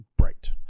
right